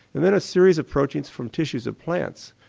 and then a series of proteins from tissues of plants.